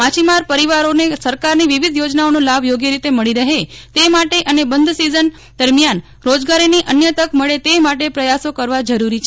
માછીમાર પરિવારોને સરકારની વિવિધ થોજનાઓનો લાભ યોગ્ય રીતે મળી રફે તે માટે અને બંધ સિઝન દરમિયાન રોજગારીની અન્ય તક મળે તે માટે પ્રયાસો કરવા જરૂરી છે